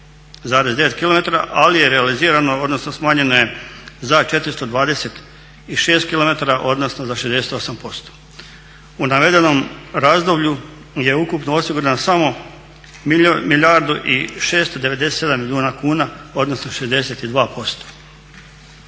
kilometara ali je realizirano odnosno smanjeno je za 426 kilometara odnosno za 68%. U navedenom razdoblju je ukupno osigurano samo 1 milijardu i 697